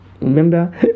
Remember